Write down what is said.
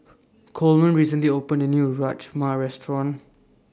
Coleman recently opened A New Rajma Restaurant